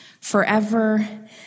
forever